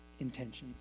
intentions